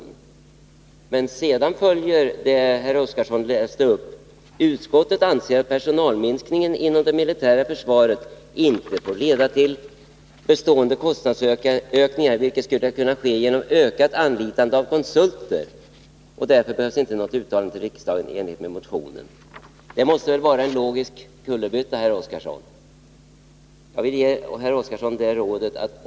Utskottsmajoriteten skriver sedan det som herr Oskarson läste upp: 97 ”Utskottet anser att personalminskningen inom det militära försvaret inte får leda till bestående kostnadsökningar, vilket skulle kunna ske genom ökat anlitande av konsulter. Något uttalande av riksdagen i enlighet med motion 1603 behövs inte.” — Det måste väl vara en logisk kullerbytta, herr Oskarson.